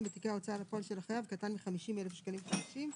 בתיקי ההוצאה לפועל של החייב קטן מ־50,000 שקלים חדשים.